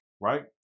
right